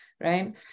Right